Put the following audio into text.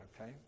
Okay